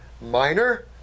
minor